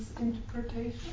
interpretation